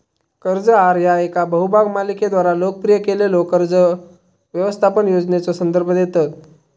कर्ज आहार ह्या येका बहुभाग मालिकेद्वारा लोकप्रिय केलेल्यो कर्ज व्यवस्थापन योजनेचो संदर्भ देतत